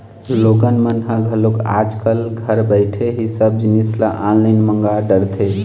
लोगन मन ह घलोक आज कल घर बइठे ही सब जिनिस ल ऑनलाईन मंगा डरथे